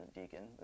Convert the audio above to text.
deacon